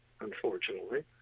unfortunately